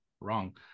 Wrong